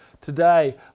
Today